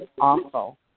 awful